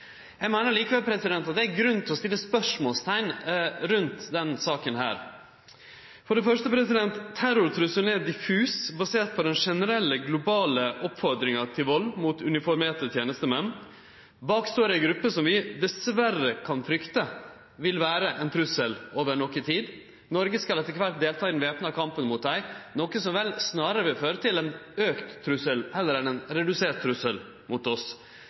Eg meiner likevel at det er grunn til å stille spørsmål ved denne saka. For det første er terrortrusselen diffus, basert på den generelle, globale oppfordringa til vald mot uniformerte tenestemenn. Bak står ei gruppe som vi dessverre kan frykte vil vere ein trussel over noka tid. Noreg skal etter kvart delta i den væpna kampen mot dei, noko som vel snarare vil føre til ein auka trussel heller enn ein redusert trussel mot oss.